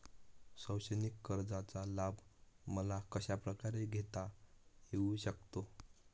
शैक्षणिक कर्जाचा लाभ मला कशाप्रकारे घेता येऊ शकतो?